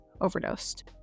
overdosed